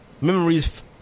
Memories